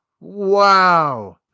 Wow